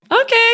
Okay